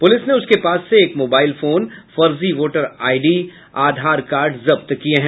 police ने उसके पास से एक मोबाईल फोन फर्जी वोटर आईडी आधार कार्ड जब्त किया है